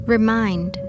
Remind